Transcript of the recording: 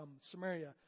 Samaria